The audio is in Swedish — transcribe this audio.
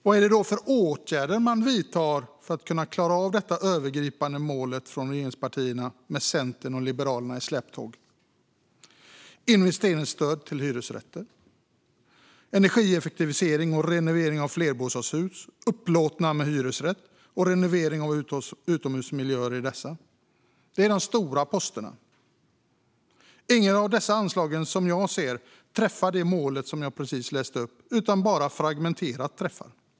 Vad är det då för åtgärder man ska vidta för att kunna klara av detta övergripande mål från regeringspartierna med Centern och Liberalerna i släptåg? De stora posterna är investeringsstöd till hyresrätter, energieffektivisering och renovering av flerbostadshus upplåtna med hyresrätt samt renovering av utomhusmiljöer i dessa områden. Inget av dessa anslag som jag ser träffar det mål som jag precis läste upp. De träffar bara fragmenterat detta mål.